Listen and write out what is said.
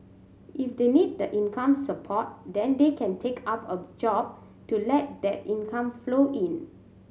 if they need the income support then they can take up a job to let that income flow in